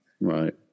right